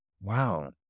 wow